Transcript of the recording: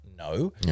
No